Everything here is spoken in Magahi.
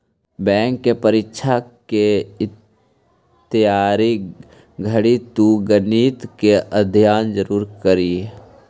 बैंक के परीक्षा के तइयारी घड़ी तु गणित के अभ्यास जरूर करीह